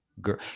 girl